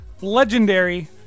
legendary